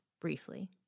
briefly